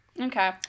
Okay